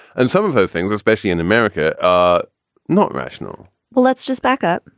and some of those things, especially in america, are not rational well, let's just back up,